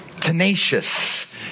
tenacious